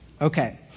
Okay